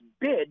bid